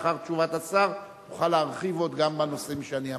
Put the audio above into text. אבל אחרי תשובת השר תוכל להרחיב גם בנושאים שאני אמרתי.